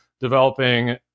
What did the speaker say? developing